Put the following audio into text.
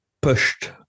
pushed